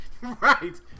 Right